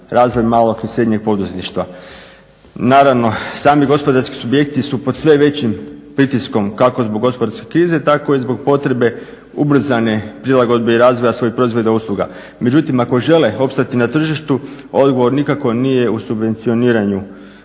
razvoj malog i srednjeg poduzetništva. Naravno, sami gospodarski subjekti su pod sve većim pritiskom kako zbog gospodarske krize tako i zbog potrebe ubrzane prilagodbe i razvoja svojih proizvoda i usluga. Međutim, ako žele opstati na tržištu odgovor nikako nije u subvencioniranju